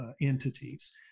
entities